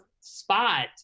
spot